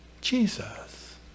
Jesus